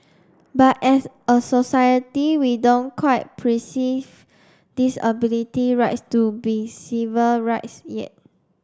but as a society we don't quite disability rights to be civil rights yet